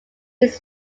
its